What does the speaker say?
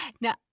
Now